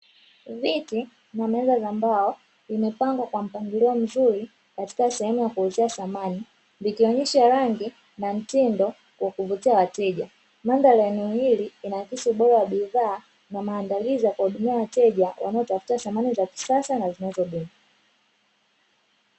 Viti na meza za mbao vimepangwa kwa mpangilio mzuri katika sehemu ya kuuzia samani vikionyesha rangi na mtindo wa kuvutia wateja. Mandhari ya eneo hili inaakisi ubora wa bidhaa na maandalizi ya kuwahudumia wateja wanaotafuta samani za kisasa na zinazodumu.